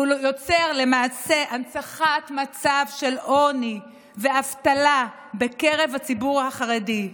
והוא יוצר למעשה הנצחת מצב של עוני ואבטלה בקרב הציבור החרדי.